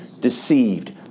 deceived